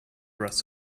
rest